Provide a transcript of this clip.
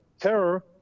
terror